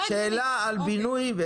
יפה, שאלה על בינוי.